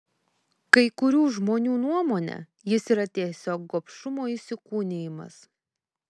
kai kurių žmonių nuomone jis yra tiesiog gobšumo įsikūnijimas